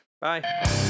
bye